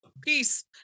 peace